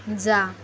जा